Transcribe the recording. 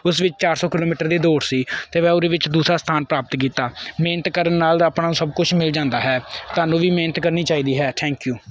ਉਸ ਵਿੱਚ ਚਾਰ ਸੌ ਕਿਲੋਮੀਟਰ ਦੀ ਦੌੜ ਸੀ ਅਤੇ ਮੈਂ ਉਹਦੇ ਵਿੱਚ ਦੂਸਰਾ ਸਥਾਨ ਪ੍ਰਾਪਤ ਕੀਤਾ ਮਿਹਨਤ ਕਰਨ ਨਾਲ ਆਪਾਂ ਨੂੰ ਸਭ ਕੁਛ ਮਿਲ ਜਾਂਦਾ ਹੈ ਤੁਹਾਨੂੰ ਵੀ ਮਿਹਨਤ ਕਰਨੀ ਚਾਹੀਦੀ ਹੈ ਥੈਂਕ ਯੂ